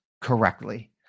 correctly